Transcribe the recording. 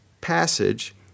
passage